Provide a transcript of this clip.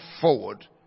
forward